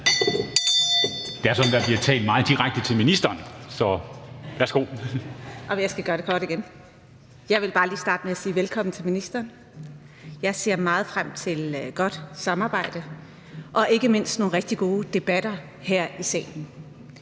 til ordføreren. Kl. 13:41 (Ordfører) Fatma Øktem (V): Jeg skal gøre det kort igen. Jeg vil bare lige starte med at sige velkommen til ministeren. Jeg ser meget frem til et godt samarbejde og ikke mindst nogle rigtig gode debatter her i salen.